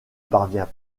parvient